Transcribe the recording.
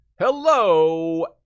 hello